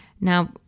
Now